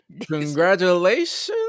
Congratulations